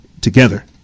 together